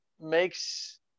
makes